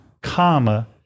comma